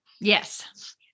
Yes